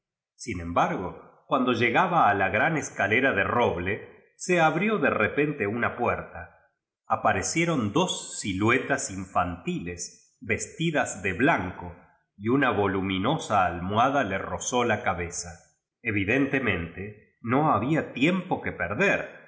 sin embargo t liando jlegaba a la gran es ta lera de roble se abrió de repelí le lina puer to aparecieron dos siluetas infantiles ves tida de blanco y una voluminosa almohada le rozó la cabeza e valen teniente no había tiempo que per